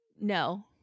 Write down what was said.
No